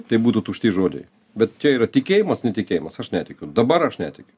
tai būtų tušti žodžiai bet čia yra tikėjimas netikėjimas aš netikiu dabar aš netikiu